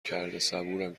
کرده، صبورم